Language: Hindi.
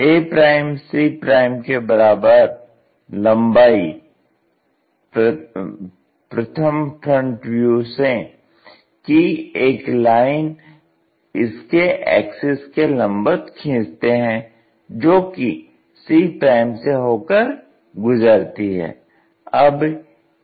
ac के बराबर लंबाई प्रथम फ्रंट व्यू से की एक लाइन इसके एक्सिस के लंबवत खींचते हैं जोकि c से होकर गुजरती है